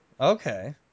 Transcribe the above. Okay